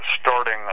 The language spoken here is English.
starting